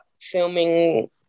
filming